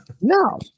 No